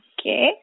Okay